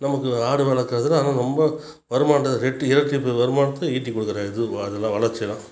நமக்கு ஆடு வளர்க்குறது ரொம்ப வருமானம் ரெட்டிப்பாக இரட்டிப்பு வருமானத்தை ஈட்டி கொடுக்குது அது வளர்ச்சிலாம்